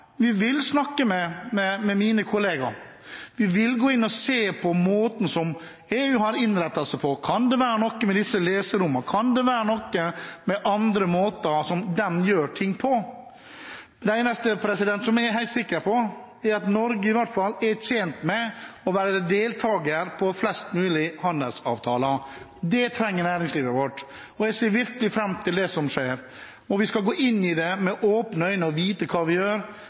vi vil snakke med kollegaer, vi vil gå inn og se på måten som EU har innrettet seg på – kan det være noe ved disse leserommene, kan det være noe ved måten som de gjør ting på. Det eneste som jeg er helt sikker på, er at Norge i hvert fall er tjent med å være deltaker i flest mulig handelsavtaler. Det trenger næringslivet vårt. Og jeg ser virkelig fram til det som skjer. Vi skal gå inn i det med åpne øyne og vite hva vi gjør,